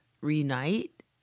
reunite